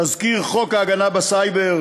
תזכיר חוק ההגנה בסייבר